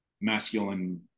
masculine